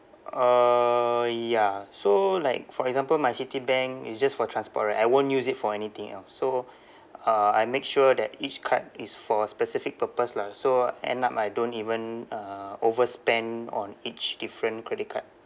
uh ya so like for example my citibank is just for transport right I won't use it for anything else so uh I make sure that each card is for a specific purpose lah so end up I don't even uh overspend on each different credit card